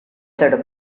said